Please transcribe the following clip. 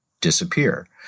disappear